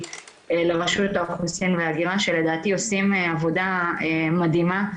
לרשות האוכלוסין וההגירה שלדעתי עושים עבודה מדהימה.